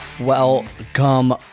Welcome